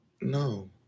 No